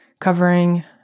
covering